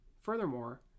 Furthermore